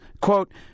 quote